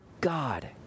God